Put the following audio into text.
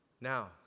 now